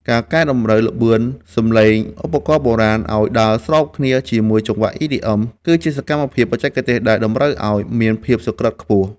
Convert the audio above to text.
ការកែតម្រូវល្បឿនសំឡេងឧបករណ៍បុរាណឱ្យដើរស្របគ្នាជាមួយចង្វាក់ EDM គឺជាសកម្មភាពបច្ចេកទេសដែលតម្រូវឱ្យមានភាពសុក្រឹតខ្ពស់។